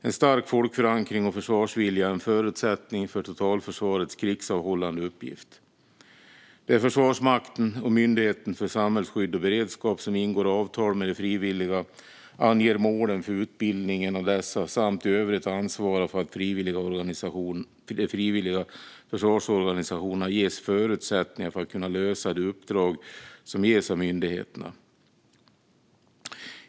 En stark folkförankring och försvarsvilja är en förutsättning för totalförsvarets krigsavhållande uppgift. Det är Försvarsmakten och Myndigheten för samhällsskydd och beredskap som ingår avtal med de frivilliga och anger målen för utbildningen av dessa samt i övrigt ansvarar för att de frivilliga försvarsorganisationerna ges förutsättningar för att kunna lösa de uppdrag som ges av myndigheterna.